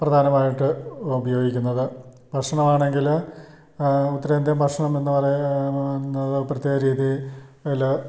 പ്രധാനമായിട്ട് ഉപയോഗിക്കുന്നത് ഭക്ഷണമാണെങ്കിൽ ഉത്തരേന്ത്യൻ ഭക്ഷണം എന്നു പറയുന്നത് പ്രത്യേക രീതി അതിൽ